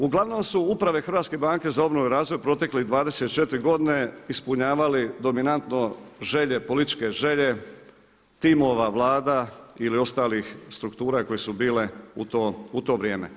Uglavnom su uprave Hrvatske banke za obnovu i razvoj proteklih 24 godine ispunjavali dominantno želje, političke želje timova Vlada ili ostalih struktura koje su bile u to vrijeme.